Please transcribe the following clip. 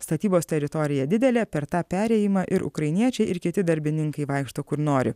statybos teritorija didelė per tą perėjimą ir ukrainiečiai ir kiti darbininkai vaikšto kur nori